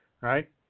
right